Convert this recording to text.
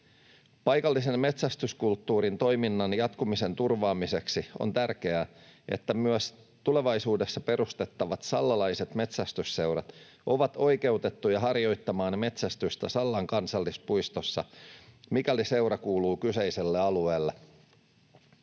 Paikallisen metsästyskulttuurin toiminnan jatkumisen turvaamiseksi on tärkeää, että myös tulevaisuudessa perustettavat sallalaiset metsästysseurat ovat oikeutettuja harjoittamaan metsästystä Sallan kansallispuistossa, mikäli seura kuuluu kyseiselle alueelle.